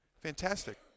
fantastic